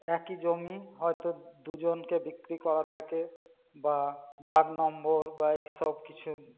একই জমি হয়তো দুজনকে বিক্রি করা থাকে বা দাগ নম্বর বা এইসব কিছু